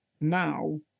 now